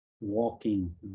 Walking